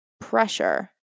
pressure